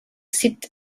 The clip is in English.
sit